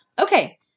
Okay